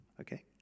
Okay